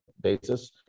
basis